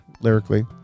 lyrically